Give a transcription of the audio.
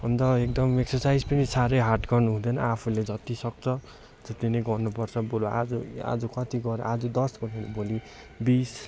अन्त एकदम एक्सरसाइज पनि साह्रै हार्ड गर्नु हुँदैन आफूले जति सक्छ त्यति नै गर्नुपर्छ बरू आज आज कति गऱ्यो आज दस गऱ्यो भने भोलि बिस